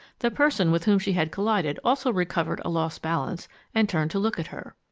the person with whom she had collided also recovered a lost balance and turned to looked at her.